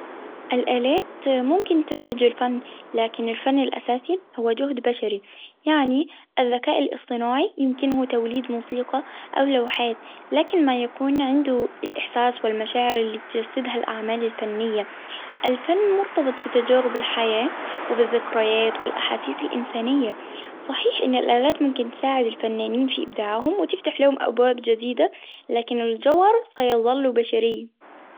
الآلات ممكن تنتج الفن، لكن الفن الأساسي هو جهد بشري، يعني الذكاء الإصطناعي يمكنه توليد موسيقى أو لوحات، لكن ما يكون عنده الإحساس والمشاعر اللي بتجسدها الأعمال الفنية، الفن مرتبط بتجارب الحياةـ وبالذكريات والأحاديث إنسانية، صحيح أن الآلات ممكن تساعد الفنانين في إبداعهم وتفتح لهم أبواب جديدة، لكن الجوهر سيظل بشري.